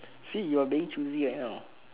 see you're being choosy anyhow